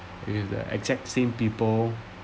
it is the exact same people